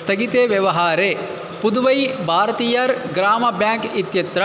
स्थगिते व्यवहारे पुदुवै भारतियार् ग्राम बेङ्क् इत्यत्र